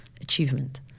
achievement